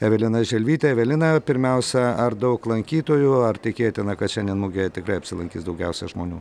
evelina želvytė evelina pirmiausia ar daug lankytojų ar tikėtina kad šiandien mugėje tikrai apsilankys daugiausia žmonių